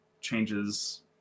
changes